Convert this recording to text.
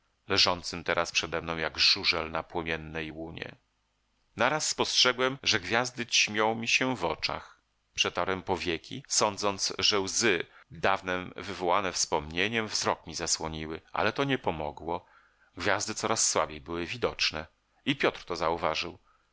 leżącym teraz przede mną jak żużel na płomiennej łunie naraz spostrzegłem że gwiazdy ćmią mi się w oczach przetarłem powieki sądząc że łzy dawnem wywołane wspomnieniem wzrok mi zasłoniły ale to nie pomogło gwiazdy coraz słabiej były widoczne i piotr to zauważył